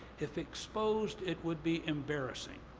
if exposed, it would be embarrassing.